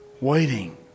waiting